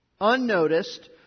unnoticed